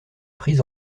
prise